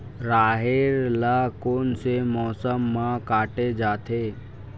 राहेर ल कोन से मौसम म काटे जाथे?